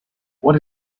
what